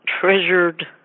treasured